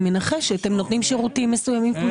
הם נותנים שירותים מסוימים.